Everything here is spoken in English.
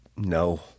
No